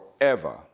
forever